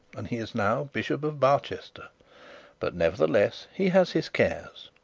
and he is now bishop of barchester but nevertheless he has his cares.